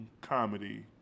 comedy